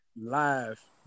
live